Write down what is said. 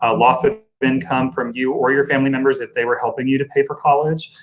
ah loss of income from you or your family members if they were helping you to pay for college,